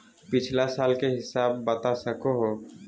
पिछला साल के हिसाब बता सको हो?